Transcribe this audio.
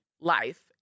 life